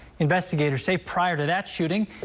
investigators say prior to that shooting.